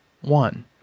One